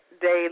Daily